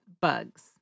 bugs